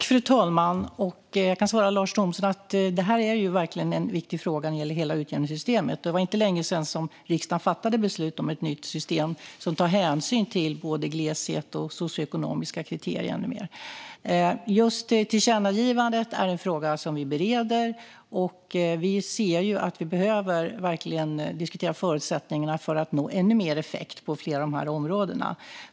Fru talman! Det här är verkligen en viktig fråga när det gäller hela utjämningssystemet, Lars Thomsson. Det var inte länge sedan riksdagen fattade beslut om ett nytt system som ska ta hänsyn till gleshet, socioekonomiska kriterier med mera. Just tillkännagivandet är något som vi bereder. Vi ser att vi verkligen behöver diskutera förutsättningarna för att nå ännu större effekt på flera av områdena.